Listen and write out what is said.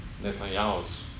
Netanyahu's